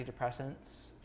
antidepressants